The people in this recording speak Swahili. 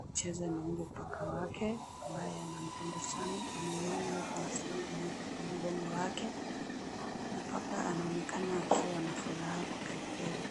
kucheza na huyo paka wake ambaye anampenda sana. Ameinama huku anataka kumweka kwa mgongo wake na paka anaonekana akiwa na furaha kweli kweli.